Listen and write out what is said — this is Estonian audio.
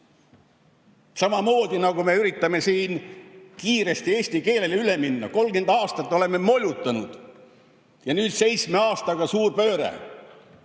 Samamoodi nagu me üritame siin kiiresti eesti keelele üle minna. 30 aastat oleme molutanud, nüüd seitsme aastaga suur pööre.